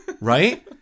right